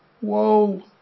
whoa